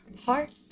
heart